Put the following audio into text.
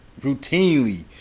routinely